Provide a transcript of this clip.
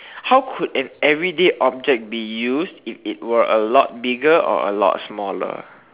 how could an everyday object be use if it were a lot bigger or a lot smaller